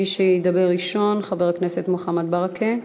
מי שידבר ראשון, חבר הכנסת מוחמד ברכה,